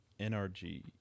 NRG